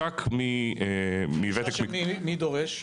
מי דורש?